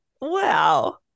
Wow